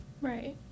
Right